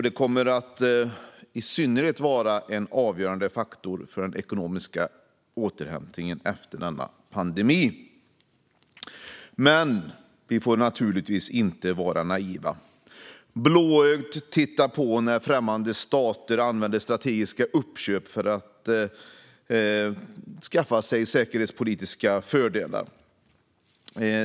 Det kommer i synnerhet att vara en avgörande faktor för den ekonomiska återhämtningen efter denna pandemi. Vi får naturligtvis inte vara naiva och blåögt titta på när främmande stater använder strategiska uppköp för att skaffa sig säkerhetspolitiska fördelar.